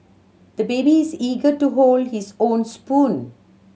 the baby is eager to hold his own spoon